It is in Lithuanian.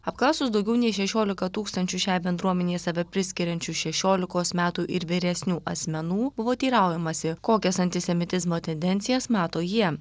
apklausus daugiau nei šešiolika tūkstančių šiai bendruomenei save priskiriančių šešiolikos metų ir vyresnių asmenų buvo teiraujamasi kokias antisemitizmo tendencijas mato jie